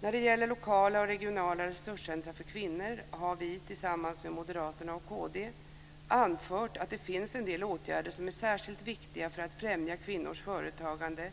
När det gäller lokala och regionala resurscentrum för kvinnor har vi, tillsammans med Moderaterna och kd, anfört att det finns en del åtgärder som är särskilt viktiga för att främja kvinnors företagande: